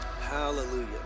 Hallelujah